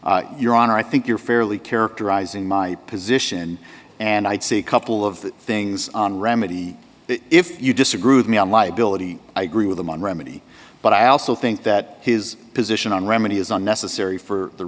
on your honor i think you're fairly characterizing my position and i'd see a couple of things on remedy that if you disagree with me on liability i agree with him on remedy but i also think that his position on remedy is unnecessary for the